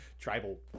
tribal